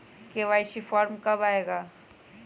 KYC form कब आए गा?